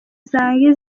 zange